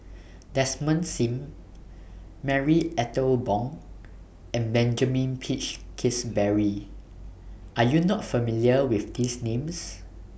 Desmond SIM Marie Ethel Bong and Benjamin Peach Keasberry Are YOU not familiar with These Names